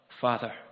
Father